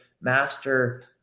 master